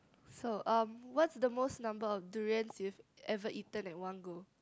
so um what's the most number of durians you've ever eaten at one go